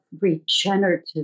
regenerative